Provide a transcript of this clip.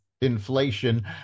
inflation